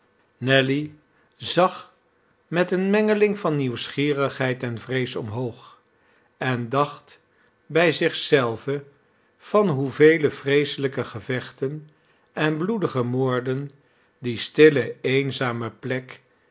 nelly zag met eene mengeling van nieuwsgierigheid en vrees omhoog en dacht bij zich zelve van hoevele vreeselijke gevechten en bloedige moorden die stille eenzame plek